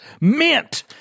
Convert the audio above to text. mint